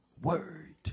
word